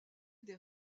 des